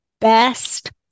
best